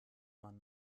man